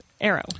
arrow